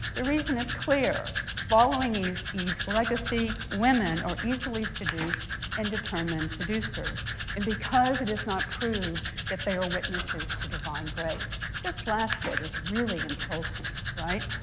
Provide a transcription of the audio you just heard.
the reason is clear. following eve's legacy, women are easily seduced and determined seducers and because it is not proved that they are witnesses to divine grace. this last bit is really insulting, right?